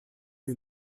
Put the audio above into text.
pri